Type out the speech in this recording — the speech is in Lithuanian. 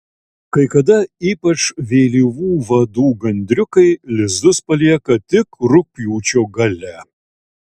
kai kada ypač vėlyvų vadų gandriukai lizdus palieka tik rugpjūčio gale